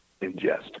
ingest